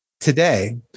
today